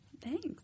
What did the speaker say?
Thanks